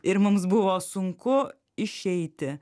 ir mums buvo sunku išeiti